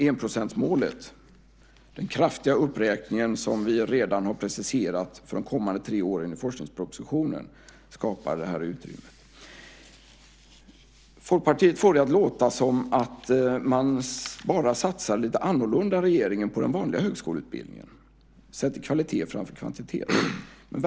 Enprocentsmålet, den kraftiga uppräkning som vi redan har preciserat för de kommande tre åren i forskningspropositionen, skapar det här utrymmet. Folkpartiet får det att låta som att man bara satsar lite annorlunda än regeringen på den vanliga högskoleutbildningen och sätter kvalitet framför kvantitet.